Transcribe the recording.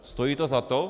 Stojí to za to?